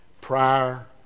prior